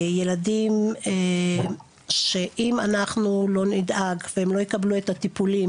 בילדים שאם אם אנחנו לא נדאג שהם קבלו את הטיפולים